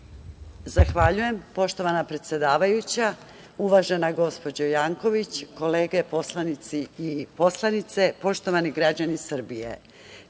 Zahvaljujem. Poštovana predsedavajuća, uvažena gospođo Janković, kolege poslanici i poslanice, poštovani građani Srbije,